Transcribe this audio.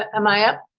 am i up?